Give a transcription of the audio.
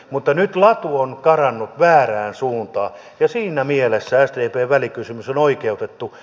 mutta nyt latu on karannut väärään suuntaan ja siinä mielessä sdpn välikysymys on oikeutettu